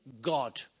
God